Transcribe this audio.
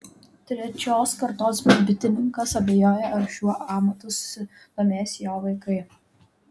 trečios kartos bitininkas abejoja ar šiuo amatu susidomės jo vaikai